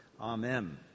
Amen